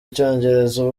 icyongereza